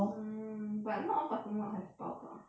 mm but not all parking lot have power plug ah